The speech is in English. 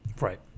right